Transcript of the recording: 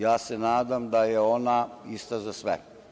Ja se nadam da je ona ista za sve.